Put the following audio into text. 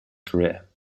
career